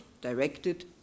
directed